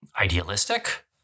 Idealistic